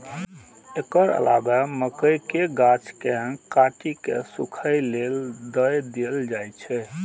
एकर अलावे मकइक गाछ कें काटि कें सूखय लेल दए देल जाइ छै